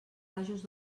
rajos